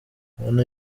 mana